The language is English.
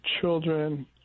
children